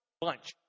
Bunch